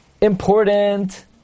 important